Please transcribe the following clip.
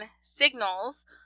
signals